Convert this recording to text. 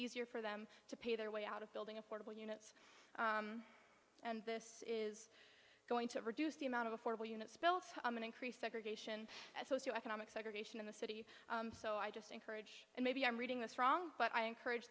easier for them to pay their way out of building affordable and this is going to reduce the amount of affordable units spilt and increase segregation and socio economic segregation in the city so i just encourage and maybe i'm reading this wrong but i encourage